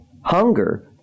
hunger